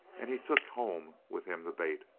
and he took home with him the bait,